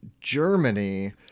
germany